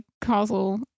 causal